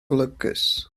golygus